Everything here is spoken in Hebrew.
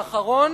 האחרון,